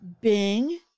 Bing